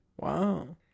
Wow